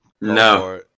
No